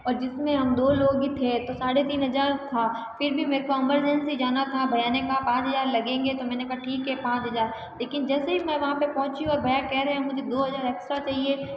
और जिसमें हम दो लोग ही थे तो साढ़े तीन हज़ार था फिर भी मेरे को एमरजेंसी जाना था भैया ने कहा पाँच हजार लगेंगे तो मैंने कहा ठीक है पाँच हज़ार लेकिन जैसे ही मैं वहाँ पर पहुँची वो भैया कह रहे हैं मुझे दो हज़ार एक्स्ट्रा चाहिए